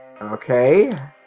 Okay